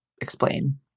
explain